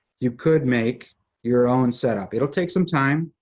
you could make your own setup. it'll take some time,